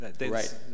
Right